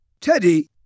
Teddy